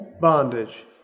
bondage